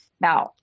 Now